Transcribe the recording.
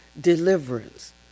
deliverance